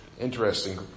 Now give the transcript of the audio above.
interesting